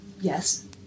Yes